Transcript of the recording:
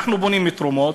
ואנחנו בונים מתרומות,